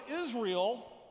Israel